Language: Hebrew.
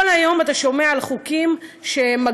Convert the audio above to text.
כל היום אתה שומע על חוקים שמגבילים,